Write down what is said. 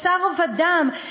בשר ודם.